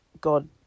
god